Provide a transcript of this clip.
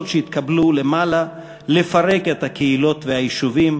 שהתקבלו למעלה לפרק את הקהילות והיישובים,